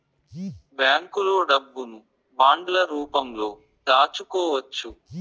బ్యాంకులో డబ్బును బాండ్ల రూపంలో దాచుకోవచ్చు